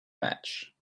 match